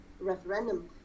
referendum